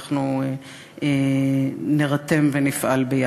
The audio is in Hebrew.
אנחנו נירתם ונפעל ביחד.